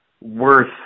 worth